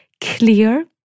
clear